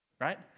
Right